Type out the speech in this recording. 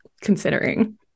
considering